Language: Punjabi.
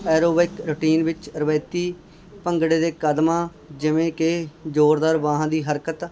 ਐਰੋਵਿਕ ਰੂਟੀਨ ਵਿੱਚ ਅ ਰਵਾਇਤੀ ਭੰਗੜੇ ਦੇ ਕਦਮਾਂ ਜਿਵੇਂ ਕਿ ਜ਼ੋਰਦਾਰ ਬਾਹਾਂ ਦੀ ਹਰਕਤ